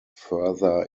further